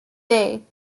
day